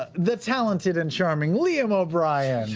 the talented and charming liam o'brien